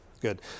good